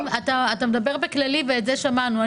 יורי, אתה מדבר באופן כללי, ואת זה שמענו.